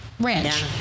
ranch